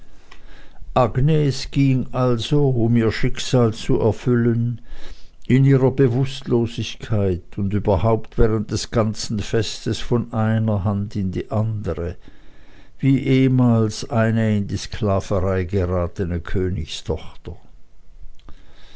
agnes ging also um ihr schicksal zu erfüllen in ihrer bewußtlosigkeit und überhaupt während des ganzen festes von einer hand in die andere wie ehmals eine in die sklaverei geratene königstochter